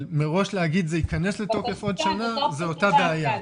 אבל מראש להגיד שזה ייכנס לתוקף עוד שנה זה אותה בעיה.